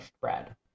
bread